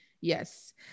yes